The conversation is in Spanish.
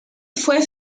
fue